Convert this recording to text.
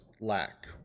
lack